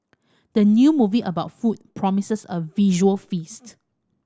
the new movie about food promises a visual feast